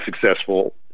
successful